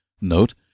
Note